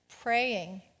Praying